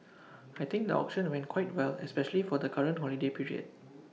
I think the auction went quite well especially for the current holiday period